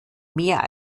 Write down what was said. mehr